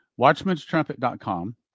Watchmanstrumpet.com